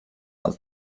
del